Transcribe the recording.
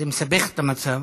זה מסבך את המצב